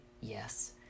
yes